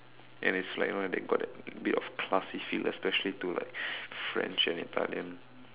and it's like you know they got that bit of classy feel especially to like French and Italian